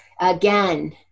again